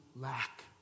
lack